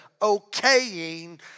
okaying